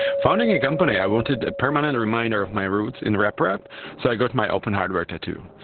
founding a company, i wanted a permanent reminder of my roots in rep rap so i got my open hardware tattoo.